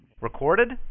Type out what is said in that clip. Recorded